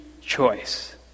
choice